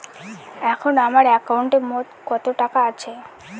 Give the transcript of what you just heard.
এখন আমার একাউন্টে মোট কত টাকা আছে?